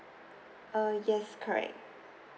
err yes correct